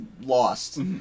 lost